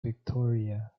victoria